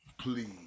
please